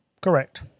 Correct